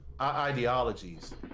ideologies